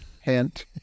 Hint